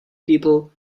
people